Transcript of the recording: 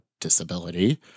disability